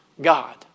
God